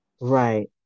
Right